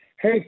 Hey